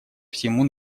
всему